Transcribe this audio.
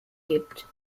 gibt